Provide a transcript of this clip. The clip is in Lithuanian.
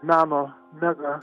meno mega